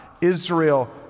Israel